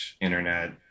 internet